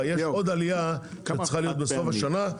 יש עוד עלייה שצריכה להיות בסוף השנה,